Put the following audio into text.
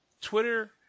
Twitter